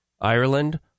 Ireland